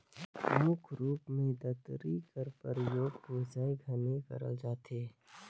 मुख रूप मे दँतरी कर परियोग मिसई घनी करल जाथे